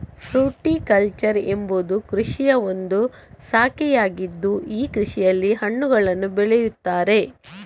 fruticulture ಎಂಬುವುದು ಕೃಷಿಯ ಒಂದು ಶಾಖೆಯಾಗಿದ್ದು ಈ ಕೃಷಿಯಲ್ಲಿ ಹಣ್ಣುಗಳನ್ನು ಬೆಳೆಯುತ್ತಾರೆ